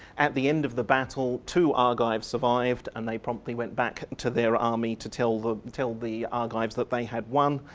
at the end of the battle, two argives survived and they promptly went back to their army to tell tell the argives that they had won.